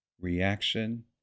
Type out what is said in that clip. reaction